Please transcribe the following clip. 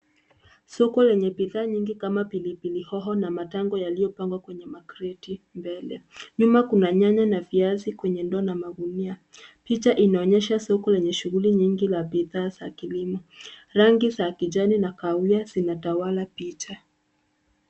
Soko lenye bidhaa nyingi kama pilipili hoho na matango yaliyopangwa kwenye makreti mbele. Nyuma kuna nyanya na viazi kwenye ndoo na magunia. Picha inaonyesha soko lenye shughuli nyingi la bidhaa za kilimo. Rangi za kijani na kahawia zimetawala picha.